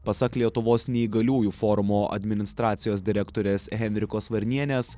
pasak lietuvos neįgaliųjų forumo administracijos direktorės henrikos varnienės